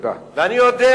אני יודע